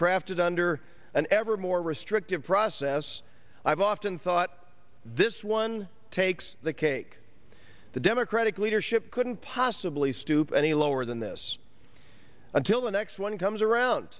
crafted under an ever more restrictive process i've often thought this one takes the cake the democratic leadership couldn't possibly stoop any lower than this until the next one comes around